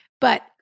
But-